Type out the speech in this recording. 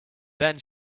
then